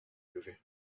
lever